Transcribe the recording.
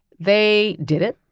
they did it.